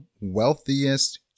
wealthiest